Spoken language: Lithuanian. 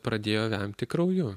pradėjo vemti krauju